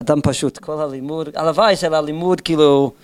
אדם פשוט, כל הלימוד, הלוואי של הלימוד כאילו...